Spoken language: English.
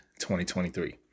2023